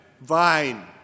vine